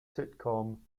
sitcom